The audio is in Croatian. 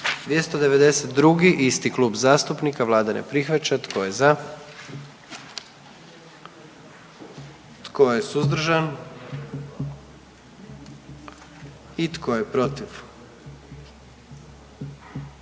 44. Kluba zastupnika SDP-a, vlada ne prihvaća. Tko je za? Tko je suzdržan? Tko je protiv?